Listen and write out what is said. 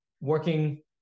working